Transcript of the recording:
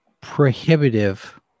prohibitive